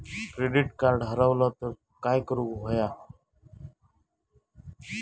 Credit card हरवला तर काय करुक होया?